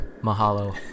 Mahalo